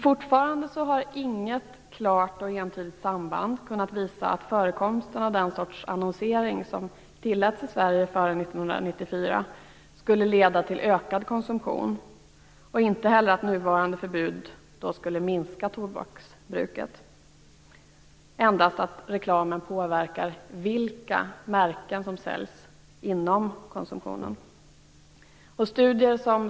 Fortfarande har inget klart och entydigt samband kunnat visa att förekomsten av den sorts annonsering som tilläts i Sverige före 1994 skulle leda till ökad konsumtion, eller att nuvarande förbud skulle minska tobaksbruket, endast att reklamen påverkar vilka märken som säljs inom konsumtionen.